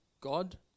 God